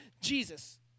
Jesus